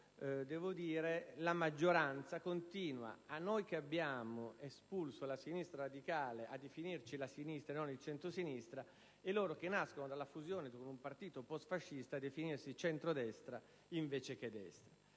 come quando la maggioranza continua a definirci - noi che abbiamo espulso la sinistra radicale - la sinistra, e non il centrosinistra, e loro - che nascono dalla fusione con un partito postfascista - a definirsi centrodestra, invece che destra.